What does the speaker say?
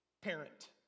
parent